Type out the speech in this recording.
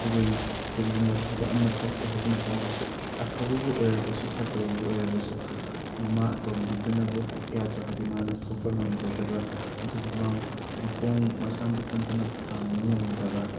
ꯀꯔꯤꯒꯨꯝꯕ ꯊꯕꯛ ꯑꯃ ꯊꯣꯛꯀꯦ ꯍꯥꯏꯕ ꯃꯇꯝꯗꯁꯨ ꯑꯐꯕꯕꯨ ꯑꯣꯏꯔꯕꯁꯨ ꯐꯠꯇꯕꯕꯨ ꯑꯣꯏꯔꯕꯁꯨ ꯃꯃꯥ ꯑꯇꯣꯝꯕꯤꯗꯨꯅꯕꯨ ꯍꯦꯛ ꯌꯥꯗ꯭ꯔꯕꯗꯤ ꯃꯥꯅ ꯊꯣꯛꯄ ꯉꯝꯖꯗꯕ ꯑꯗꯨꯒꯨꯝꯕ ꯃꯈꯣꯡ ꯃꯁꯥ ꯃꯊꯟꯇꯅ ꯊꯥꯡꯕ ꯉꯝꯗꯕ